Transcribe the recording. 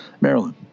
Maryland